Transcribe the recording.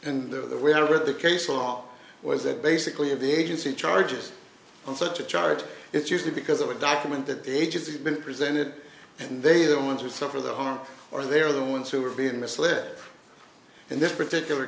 never the case law was that basically of the agency charges on such a charge it's usually because of a document that the agency has been presented and they are the ones who suffer the harm or they're the ones who are being misled in this particular